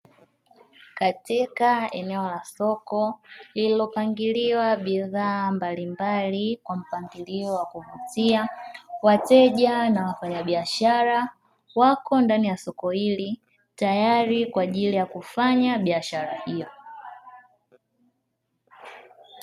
Katika eneo la soko, lililopangiliwa bidhaa mbalimbali kwa mpangilio wa kuvutia wateja, na wafanyabiashara wako ndani ya soko hili tayari kwa ajili ya kufanya biashara hiyo.